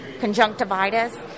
conjunctivitis